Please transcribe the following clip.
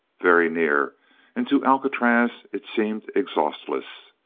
very near and to alcatraz it seemed exhaustless.